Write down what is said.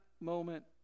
moment